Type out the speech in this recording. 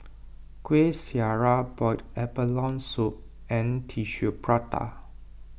Kueh Syara Boiled Abalone Soup and Tissue Prata